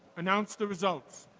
announce the results.